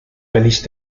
pelis